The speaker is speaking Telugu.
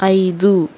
ఐదు